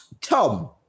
Tom